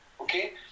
okay